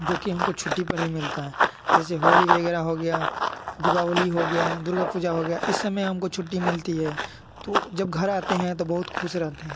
जो कि हमको छुट्टी पर ही मिलता है जैसे होली वगैरह हो गया दीपावली हो गया दुर्गा पूजा हो गया इस सब में हमको छुट्टी मिलती है तो जब घर आते हैं तो बहुत खुश रहते हैं